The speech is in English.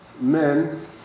men